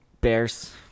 Bears